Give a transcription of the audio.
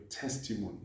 testimony